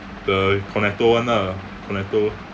the cornetto one lah cornetto